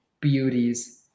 beauties